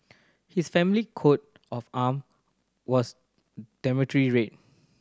his family coat of arm was dominantly red